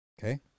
Okay